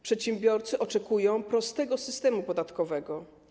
Przedsiębiorcy oczekują prostego systemu podatkowego.